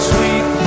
Sweet